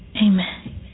Amen